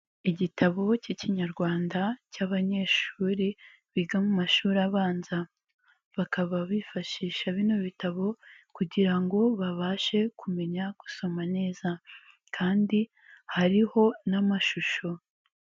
Igitabo k'Ikinyarwanda cy'abanyeshuri biga mu mashuri abanza, bakaba bifashisha bino bitabo kugira ngo babashe kumenya gusoma neza kandi hariho n'amashusho.